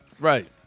Right